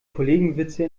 kollegenwitze